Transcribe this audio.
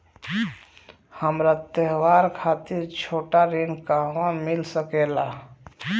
हमरा त्योहार खातिर छोटा ऋण कहवा मिल सकेला?